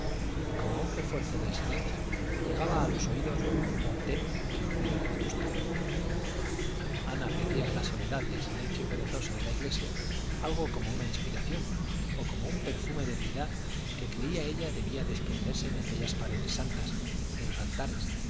y como un refuerzo del silencio llegaba a los oídos un rumor tenue de los ruidos de vetusta ana pedía a la soledad y al silencio perezoso de la iglesia algo como una inspiración o como un perfume de piedad que creía ella debía desprenderse de aquellas paredes santas de los altares